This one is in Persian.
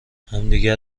همدیگه